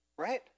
Right